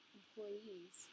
employees